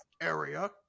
area